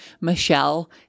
Michelle